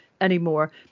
anymore